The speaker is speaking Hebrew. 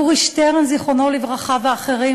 יורי שטרן זיכרונו לברכה ואחרים,